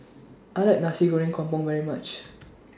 I like Nasi Goreng Kampung very much